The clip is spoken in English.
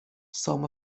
some